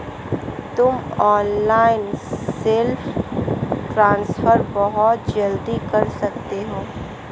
तुम online self transfer बहुत जल्दी कर सकते हो